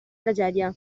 tragedia